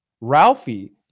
Ralphie